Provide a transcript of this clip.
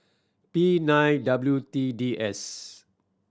P nine W T D S